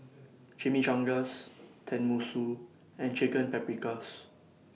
Chimichangas Tenmusu and Chicken Paprikas